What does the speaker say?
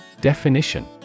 Definition